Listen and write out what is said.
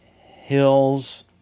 hills